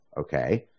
okay